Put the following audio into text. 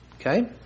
okay